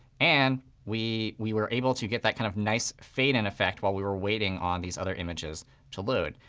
and we we were able to get that kind of nice fade-in effect while we were waiting on these other images to load.